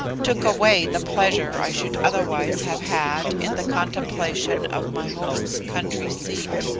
took away the pleasure i should otherwise have had in the contemplation of my host's country-seat,